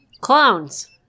Clones